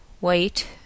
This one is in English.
Wait—